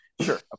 Sure